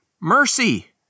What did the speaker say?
Mercy